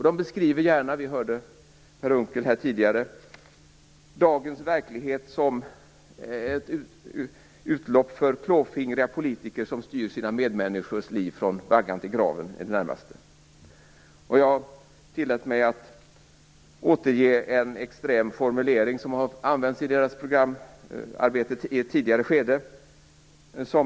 De beskriver gärna dagens verklighet som ett utlopp för klåfingriga politiker, som styr sina medmänniskors liv i det närmaste från vaggan till graven. Vi hörde Per Unckel tidigare. Jag tillät mig att återge en extrem formulering som har använts i deras programarbete i ett tidigare skede.